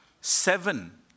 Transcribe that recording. seven